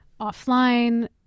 offline